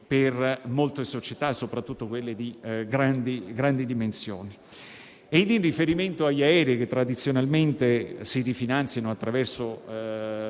per molte società, soprattutto quelle di grandi dimensioni. In riferimento agli aerei, che tradizionalmente si rifinanziano attraverso